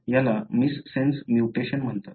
म्हणून याला missense mutation म्हणतात